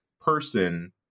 person